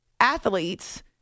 athletes